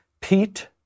Pete